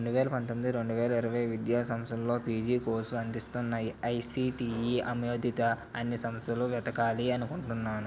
రెండు వేల పంతొమ్మిది రెండు వేల ఇరవై విద్యా సంవత్సరంలో పీజీ కోర్సులు అందిస్తున్న ఎఐసిటిఈ ఆమోదిత అన్ని సంస్థలు వెతకాలి అనుకుంటున్నాను